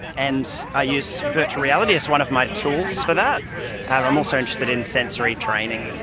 and i use virtual reality as one of my tools for that. and i'm also interested in sensory training.